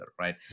Right